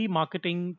marketing